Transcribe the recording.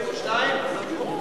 ביחסי החוץ שלה,